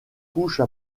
couches